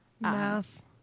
Math